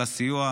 על הסיוע,